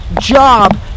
job